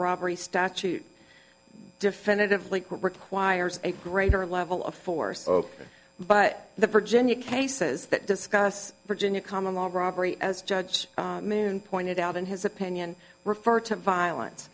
robbery statute definitively requires a greater level of force but the virginia case says that discuss virginia common law robbery as judge moon pointed out in his opinion refer to violence